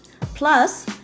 Plus